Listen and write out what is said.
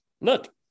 Look